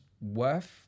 worth